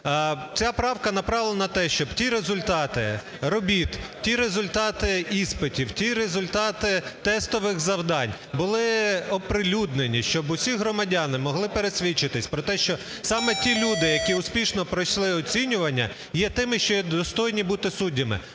Ця правка направлена на те, щоб ті результати робіт, ті результати іспитів, ті результати тестових завдань були оприлюднені, щоб усі громадяни могли пересвідчитись про те, що саме ті люди, які успішно пройшли оцінювання, є тими, що є достойні бути суддями.